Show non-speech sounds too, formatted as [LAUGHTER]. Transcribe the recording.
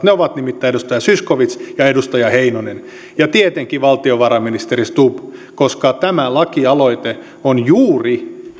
[UNINTELLIGIBLE] ne ovat nimittäin edustaja zyskowicz ja edustaja heinonen ja tietenkin valtiovarainministeri stubb koska tämä lakialoite on juuri